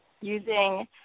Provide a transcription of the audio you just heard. using